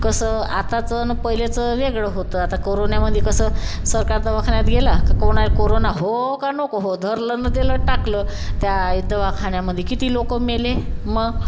कसं आताचं न पहिलेचं वेगळं होतं आता कोरोन्यामध्ये कसं सरकार दवाखान्यात गेला का कोणाला कोरोना हो का नको हो धरलं न दिलं टाकलं त्या दवाखान्यामध्ये किती लोकं मेले मग